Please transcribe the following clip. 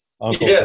Uncle